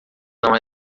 não